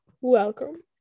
Welcome